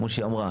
כמו שהיא אמרה,